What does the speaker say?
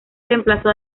reemplazó